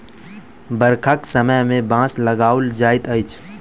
बरखाक समय मे बाँस लगाओल जाइत अछि